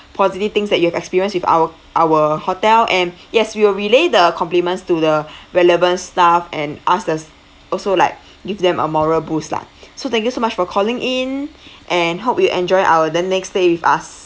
positive things that you have experienced with our our hotel and yes we will relay the compliments to the relevant staff and ask the also like give them a moral boost lah so thank you so much for calling in and hope you enjoy our the next stay with us